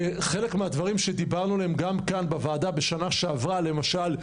וחלק מהדברים שדיברנו עליהם גם כאן בוועדה בשנה שעברה למשל,